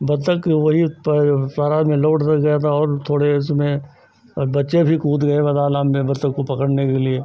बत्तख वही पर तालाब में लौट गया था और थोड़े उसमें और बच्चे भी कूद गए वह तालाब में बत्तख को पकड़ने के लिए